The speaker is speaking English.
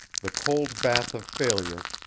the cold bath of failure,